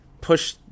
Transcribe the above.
push